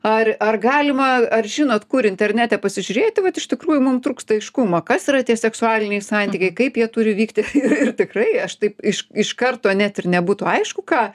ar ar galima ar žinot kur internete pasižiūrėti vat iš tikrųjų mum trūksta aiškumo kas yra tie seksualiniai santykiai kaip jie turi vykti i ir tikrai aš taip iš iš karto net ir nebūtų aišku ką